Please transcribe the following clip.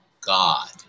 God